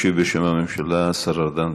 ישיב, בשם הממשלה, השר ארדן.